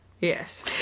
Yes